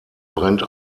brennt